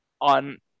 on